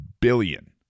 billion